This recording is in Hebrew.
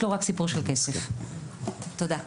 תודה.